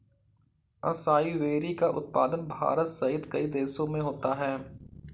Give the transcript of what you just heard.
acai berry का उत्पादन भारत सहित कई देशों में होता है